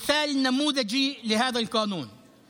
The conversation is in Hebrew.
(אומר דברים בשפה הערבית, להלן תרגומם: